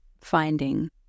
finding